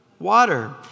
water